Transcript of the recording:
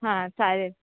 हां चालेल